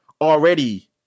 already